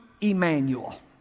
Emmanuel